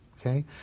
Okay